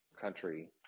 country